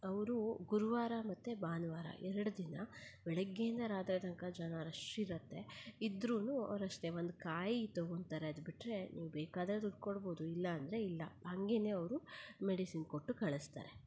ಅವರು ಗುರುವಾರ ಮತ್ತು ಭಾನುವಾರ ಎರಡು ದಿನ ಬೆಳಿಗ್ಗೆಯಿಂದ ರಾತ್ರಿ ತನಕ ಜನ ರಶ್ಶ್ ಇರತ್ತೆ ಇದ್ರೂ ಅವರಷ್ಟೆ ಒಂದು ಕಾಯಿ ತಗೊಂತಾರೆ ಅದು ಬಿಟ್ಟರೆ ನೀವು ಬೇಕಾದರೆ ದುಡ್ಡು ಕೊಡ್ಬೋದು ಇಲ್ಲಾಂದರೆ ಇಲ್ಲ ಹಂಗೇ ಅವರು ಮೆಡಿಸಿನ್ ಕೊಟ್ಟು ಕಳಿಸ್ತಾರೆ